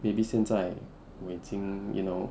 maybe 现在我已经 you know